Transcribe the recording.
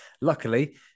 Luckily